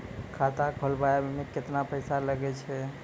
खाता खोलबाबय मे केतना पैसा लगे छै?